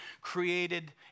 created